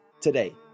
today